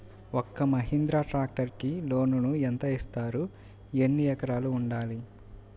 ఒక్క మహీంద్రా ట్రాక్టర్కి లోనును యెంత ఇస్తారు? ఎన్ని ఎకరాలు ఉండాలి?